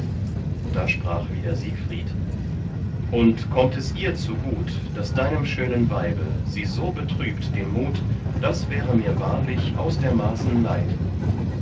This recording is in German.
da sprach wieder siegfried und kommt es ihr zugut daß deinem schönen weibe sie so betrübt den mut das wäre mir wahrlich aus der maßen leid